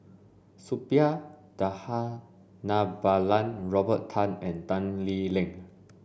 Suppiah Dhanabalan Robert Tan and Tan Lee Leng